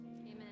Amen